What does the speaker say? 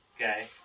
Okay